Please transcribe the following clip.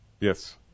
Yes